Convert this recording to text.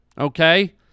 Okay